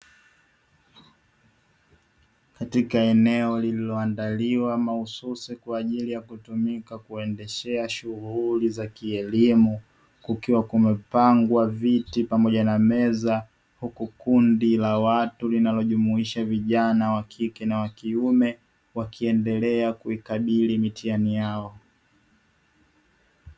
Katika eneo liloandaliwa mahususi kwa ajili ya kutumika kuendeshea shughuli za kielimu, kukiwa kumepangwa viti pamoja na meza, huku kundi la watu linalojumuisha vijana wa kike na wa kiume wakiendelea kuikabili mitihani yao.